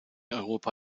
europa